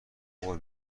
قول